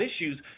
issues